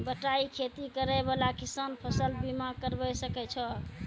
बटाई खेती करै वाला किसान फ़सल बीमा करबै सकै छौ?